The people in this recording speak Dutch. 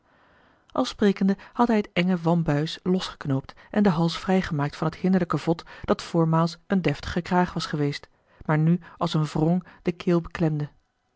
al sprekende had hij het enge wambuis losgeknoopt en den hals vrijgemaakt van het hinderlijk vod dat voormaals een deftige kraag was geweest maar nu als een wrong de keel beklemde